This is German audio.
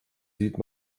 sieht